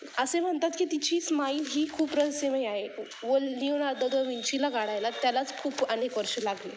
असे म्हणतात की तिची स्माईल ही खूप रहस्यमय आहे व लिओनार्दो दो विंचीला काढायला त्यालाच खूप अनेक वर्ष लागले